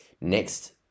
Next